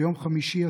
ביום חמישי,